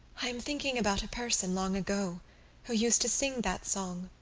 i am thinking about a person long ago who used to sing that song.